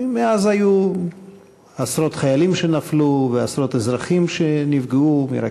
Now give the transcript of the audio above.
כי מאז נפלו עשרות חיילים ונפגעו עשרות אזרחים מרקטות,